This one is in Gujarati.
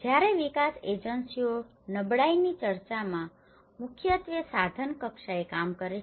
જ્યારે વિકાસ એજન્સીઓ નબળાઈની ચર્ચામાં મુખ્યત્વે સાધન કક્ષાએ કામ કરે છે